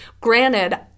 Granted